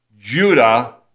Judah